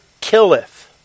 killeth